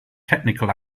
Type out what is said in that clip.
technical